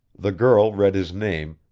the girl read his name,